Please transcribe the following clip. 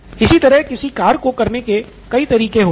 इसी तरह किसी कार्य को करने के कई तरीके होते हैं